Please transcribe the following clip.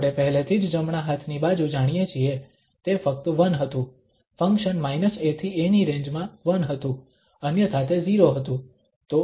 આપણે પહેલેથી જ જમણા હાથની બાજુ જાણીએ છીએ તે ફક્ત 1 હતું ફંક્શન a થી a ની રેન્જ માં 1 હતું અન્યથા તે 0 હતું